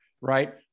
right